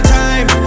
time